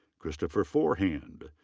christopher forehand.